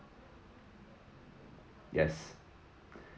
yes